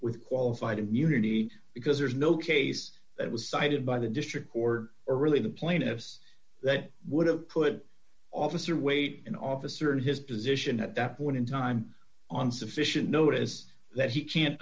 with qualified immunity because there's no case that was cited by the district court or really the plaintiffs that would have put officer weight an officer in his position at that point in time on sufficient notice that he can't